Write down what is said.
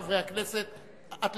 חבר הכנסת שאמה.